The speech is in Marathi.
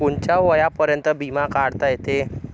कोनच्या वयापर्यंत बिमा काढता येते?